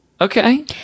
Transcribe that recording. Okay